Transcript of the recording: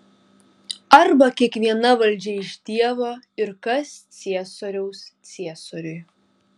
arba kiekviena valdžia iš dievo ir kas ciesoriaus ciesoriui